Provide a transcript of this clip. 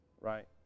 right